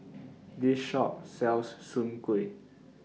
This Shop sells Soon Kway